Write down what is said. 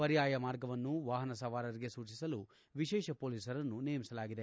ಪರ್ಯಾಯ ಮಾರ್ಗವನ್ನು ವಾಹನ ಸವಾರರಿಗೆ ಸೂಚಿಸಲು ವಿಶೇಷ ಪೊಲೀಸರನ್ನು ನೇಮಿಸಲಾಗಿದೆ